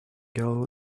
girl